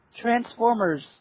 Transformers